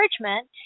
encouragement